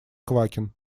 квакин